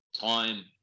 time